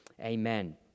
Amen